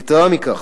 יתירה מכך,